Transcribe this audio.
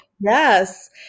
Yes